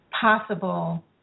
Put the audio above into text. possible